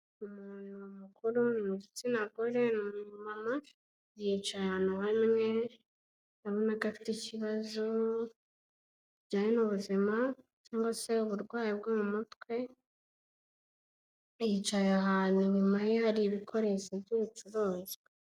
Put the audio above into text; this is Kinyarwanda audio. Umuntu mukuru ni igitsina gore, nu umumama yicaye ahantu hamwe abona ko afite ikibazo kijyanye n'ubuzima cyangwa se uburwayi bwo mu mutwe, yicaye ahantu inyuma ye hari ibikoresho by'ubucuruzwa.